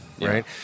right